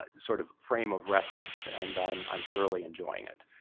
ah sort of frame of reference, and i'm i'm thoroughly enjoying it.